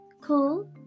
Cool